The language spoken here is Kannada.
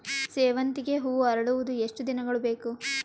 ಸೇವಂತಿಗೆ ಹೂವು ಅರಳುವುದು ಎಷ್ಟು ದಿನಗಳು ಬೇಕು?